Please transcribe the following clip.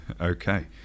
Okay